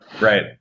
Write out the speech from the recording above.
Right